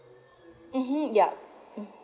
mmhmm yup